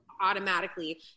automatically